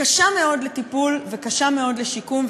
קשה מאוד לטיפול וקשה מאוד לשיקום,